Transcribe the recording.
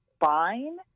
fine